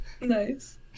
Nice